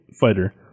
fighter